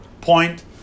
Point